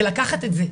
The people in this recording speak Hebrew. ולקחת את זה,